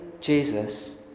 Jesus